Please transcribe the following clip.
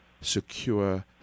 secure